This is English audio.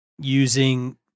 using